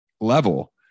level